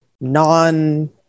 non